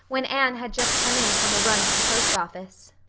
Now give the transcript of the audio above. when anne had just come in from a run to the post office.